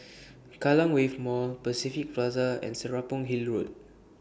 Kallang Wave Mall Pacific Plaza and Serapong Hill Road